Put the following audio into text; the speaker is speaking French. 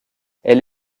elle